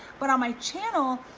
but on my channel,